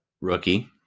rookie